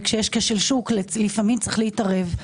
ובמקרה כזה לפעמים יש להתערב פה.